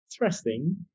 Interesting